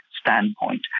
standpoint